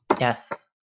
Yes